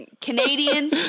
Canadian